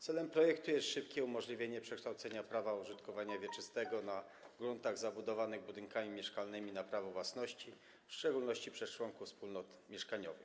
Celem projektu jest szybkie umożliwienie przekształcenia prawa użytkowania wieczystego na gruntach zabudowanych budynkami mieszkalnymi w prawo własności, w szczególności przez członków wspólnot mieszkaniowych.